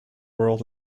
world